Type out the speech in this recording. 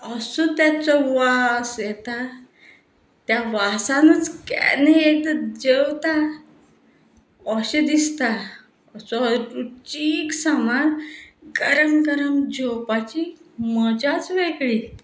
अस्सो ताचो वास येता त्या वासानूच केन्ना एकदां जेवता अशें दिसता असो रुचीक सामार गरम गरम जेवपाची मजाच वेगळी